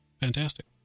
Fantastic